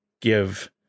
give